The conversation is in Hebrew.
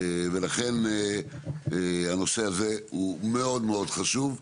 ולכן הנושא הזה מאוד מאוד חשוב.